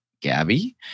Gabby